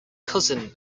cousin